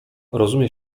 rozumie